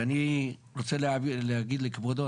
ואני רוצה להגיד לכבודו,